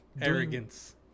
arrogance